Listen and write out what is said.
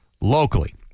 locally